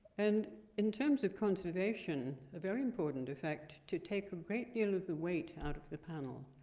and in terms of conservation, a very important effect, to take a great deal of the weight out of the panel,